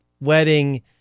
wedding